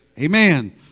Amen